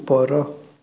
ଉପର